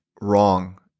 wrong